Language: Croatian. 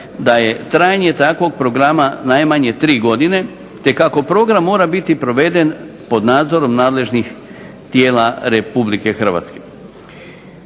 da je trajanje takvog programa najmanje tri godine, te kako program mora biti proveden pod nadzorom nadležnih tijela Republike Hrvatske.